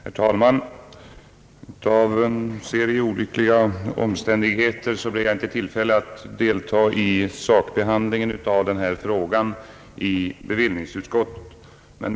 Herr talman! På grund av en serie olyckliga omständigheter blev jag inte i tillfälle att delta i sakbehandlingen av denna fråga i bevillningsutskottet.